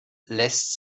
lässt